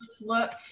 look